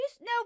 No